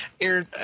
Aaron